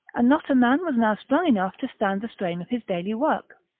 and not a man was now strong enough to stand the strain of his daily work.